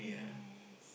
yes